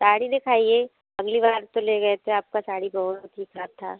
साड़ी दिखाइए अगली बार तो ले गए थे आपका साड़ी बहुत बेकार था